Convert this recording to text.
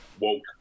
woke